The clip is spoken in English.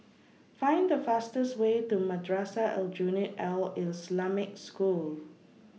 Find The fastest Way to Madrasah Aljunied Al Islamic School